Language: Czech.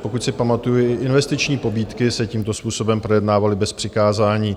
Pokud si pamatuji, investiční pobídky se tímto způsobem projednávaly bez přikázání.